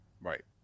Right